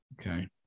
okay